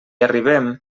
arribem